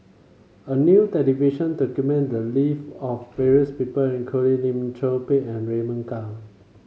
a new television document the live of various people including Lim Chor Pee and Raymond Kang